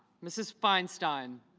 mrs. feinstein